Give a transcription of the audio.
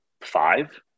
five